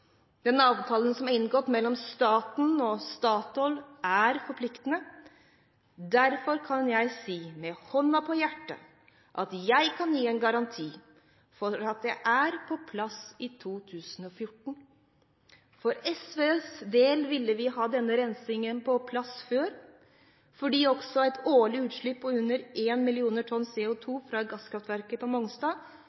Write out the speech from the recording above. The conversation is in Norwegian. avtalen som er inngått mellom staten og Statoil, er forpliktende. Derfor kan jeg si med hånden på hjertet at jeg kan gi en garanti for at det er på plass i 2014. For SVs del ville vi ha denne rensingen på plass før, fordi også et årlig utslipp på under 1 million tonn